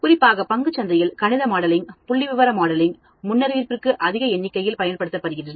குறிப்பாக பங்குச் சந்தையில்கணித மாடலிங் புள்ளிவிவர மாடலிங் முன்னறிவிப்புக்கு அதிக எண்ணிக்கையில் பயன்படுத்தப்படுகிறது